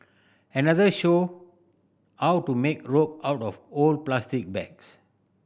another showed how to make rope out of old plastic bags